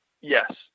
Yes